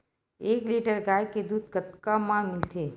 एक लीटर गाय के दुध कतका म मिलथे?